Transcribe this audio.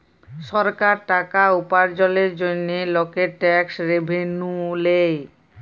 সরকার টাকা উপার্জলের জন্হে লকের ট্যাক্স রেভেন্যু লেয়